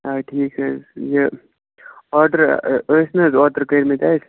آ ٹھیٖک حظ یہِ آرڈَر ٲسۍ نہَ حظ اوٚترٕ کٔرمٕتۍ اَسہِ